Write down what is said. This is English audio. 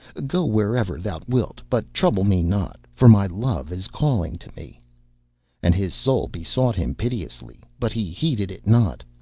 go wherever thou wilt, but trouble me not, for my love is calling to me and his soul besought him piteously, but he heeded it not,